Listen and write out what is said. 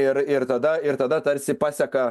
ir ir tada ir tada tarsi paseka